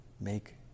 make